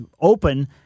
open